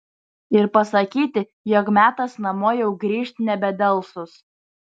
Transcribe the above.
ir pasakyti jog metas namo jau grįžt nebedelsus